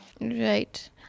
right